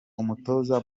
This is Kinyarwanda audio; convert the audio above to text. umutoza